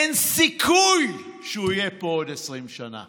אין סיכוי שהוא יהיה פה עוד 20 שנה.